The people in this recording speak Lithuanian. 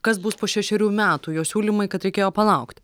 kas bus po šešerių metų jo siūlymai kad reikėjo palaukt